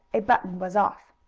a button was off.